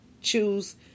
choose